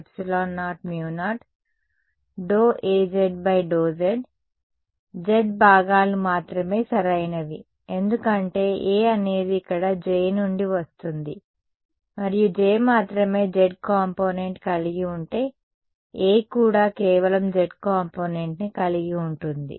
A అనేది z దిశలో కుడివైపు మాత్రమే ఉంటుంది కాబట్టిϕ j00∂Az∂z z భాగాలు మాత్రమే సరైనవి ఎందుకంటే A అనేది ఇక్కడ J నుండి వస్తుంది మరియు J మాత్రమే z కాంపోనెంట్ కలిగి ఉంటే A కూడా కేవలం z కాంపోనెంట్ను కలిగి ఉంటుంది